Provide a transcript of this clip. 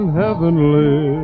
heavenly